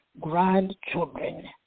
grandchildren